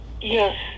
yes